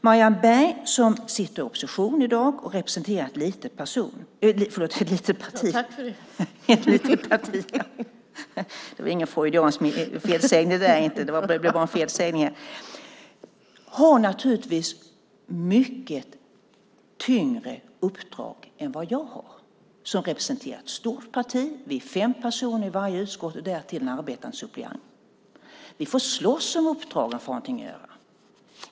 Marianne Berg, som sitter i opposition i dag och representerar ett litet parti, har naturligtvis ett mycket tyngre uppdrag än vad jag har, som representerar ett stort parti. Vi är fem personer i varje utskott och därtill en arbetande suppleant. Vi får slåss om uppdragen för att ha någonting att göra.